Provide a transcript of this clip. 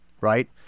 right